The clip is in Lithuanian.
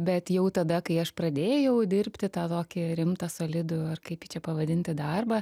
bet jau tada kai aš pradėjau dirbti tą tokį rimtą solidų ar kaip jį čia pavadinti darbą